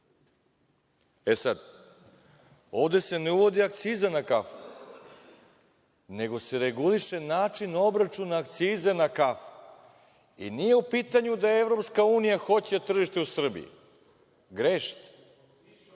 pričali. Ovde se ne uvodi akciza na kafu, nego se reguliše način obračuna akcize na kafu. I nije u pitanju da Evropska unija hoće tržište u Srbiji, grešite.